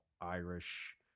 Irish